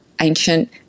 ancient